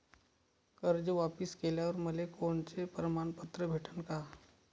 कर्ज वापिस केल्यावर मले कोनचे प्रमाणपत्र भेटन का?